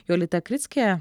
jolita krickė